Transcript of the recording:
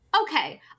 Okay